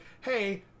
hey